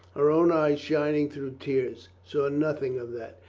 her own eyes shining through tears, saw nothing of that.